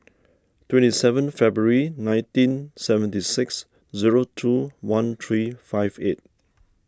twenty seven February nineteen seventy six zero two one three five eight